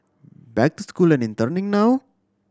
back to school and interning now